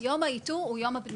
יום האיתור הוא יום הבנייה.